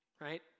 right